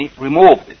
removed